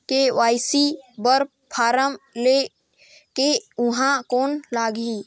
KYC बर form ले के ऊहां कौन लगही?